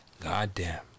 goddamn